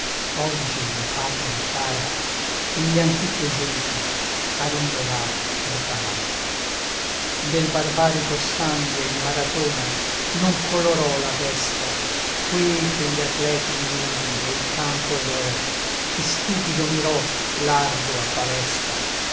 oggi la patria cara gli antichi esempi a rinnovar prepara del barbarico sangue in maratona non colorò la destra quei che gli atleti ignudi e il campo eleo che stupido mirò l'ardua palestra